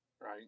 right